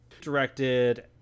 directed